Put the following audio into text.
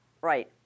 right